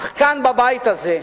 אך כאן, בבית הזה,